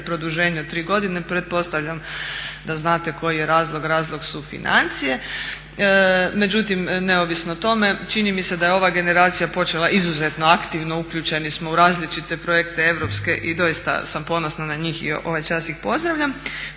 produženje od 3 godine. Pretpostavljam da znate koji je razlog, razlog su financije. Međutim, neovisno o tome čini mi se da je ova generacija počela izuzetno aktivno, uključeni smo u različite projekte europske i doista sam ponosna na njih i ovaj čas ih pozdravljam.